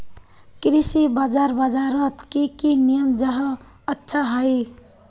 कृषि बाजार बजारोत की की नियम जाहा अच्छा हाई?